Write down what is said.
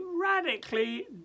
radically